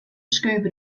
scuba